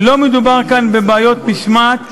לא מדובר כאן בבעיות משמעת,